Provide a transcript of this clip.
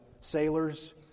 sailors